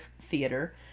Theater